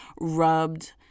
rubbed